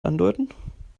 andeuten